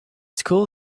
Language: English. school